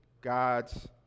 God's